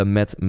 met